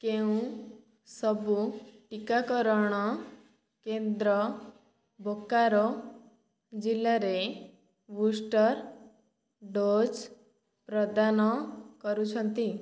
କେଉଁ ସବୁ ଟିକାକରଣ କେନ୍ଦ୍ର ବୋକାରୋ ଜିଲ୍ଲାରେ ବୁଷ୍ଟର ଡୋଜ୍ ପ୍ରଦାନ କରୁଛନ୍ତି